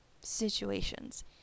situations